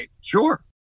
Sure